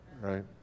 Right